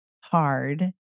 hard